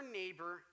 neighbor